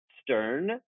stern